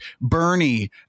Bernie